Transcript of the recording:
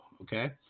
okay